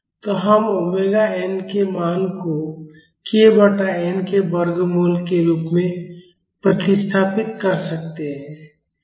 तो हम omega n के मान को k बटा n के वर्गमूल के रूप में प्रतिस्थापित कर सकते हैं